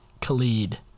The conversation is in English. Khalid